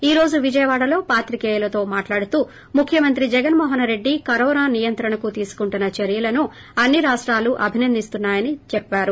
ఈ రోజు విజయవాడలో పాత్రికేయులతో మాటలాడుతూ జగన్మోహన్రెడ్డి కరోనా నియంత్రణకు తీసుకుంటున్న చర్యలను అన్ని రాష్టాలు ముఖ్యమంత్రి అభినందిస్తున్నాయని చెప్పారు